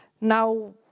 Now